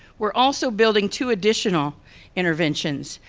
we're also building two additional interventions.